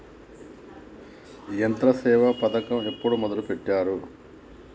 యంత్రసేవ పథకమును ఎప్పుడు మొదలెట్టారు?